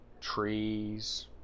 Trees